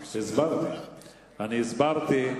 הסברתי,